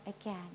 again